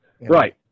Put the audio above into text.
Right